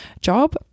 job